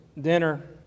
dinner